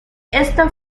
ésta